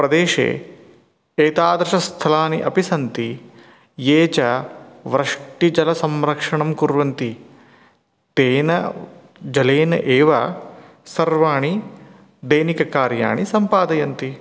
प्रदेशे एतादृशस्थलानि अपि सन्ति ये च वृष्टिजलसंरक्षणं कुर्वन्ति तेन जलेन एव सर्वाणि दैनिककार्याणि सम्पादयन्ति